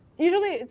usually,